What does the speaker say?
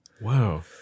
wow